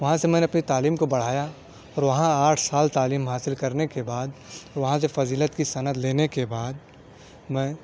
وہاں سے میں نے اپنی تعلیم کو بڑھایا اور وہاں آٹھ سال تعلیم حاصل کرنے کے بعد وہاں سے فضیلت کی سند لینے کے بعد میں